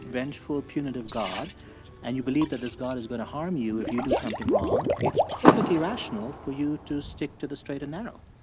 vengeful, ah punitive god and you believe that this god is going to harm you if you do something wrong, it's perfectly rational for you to stick to the straight and narrow